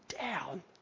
down